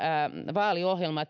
vaaliohjelmanne